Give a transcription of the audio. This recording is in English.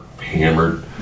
hammered